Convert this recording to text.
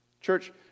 Church